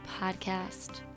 podcast